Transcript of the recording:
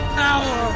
power